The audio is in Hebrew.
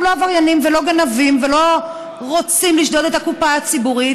לא עבריינים ולא גנבים ולא רוצים לשדוד את הקופה הציבורית,